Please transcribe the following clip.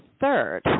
third